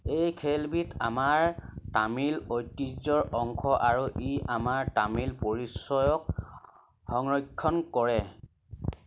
এই খেলবিধ আমাৰ তামিল ঐতিহ্যৰ অংশ আৰু ই আমাৰ তামিল পৰিচয়ক সংৰক্ষণ কৰে